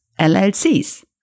LLCs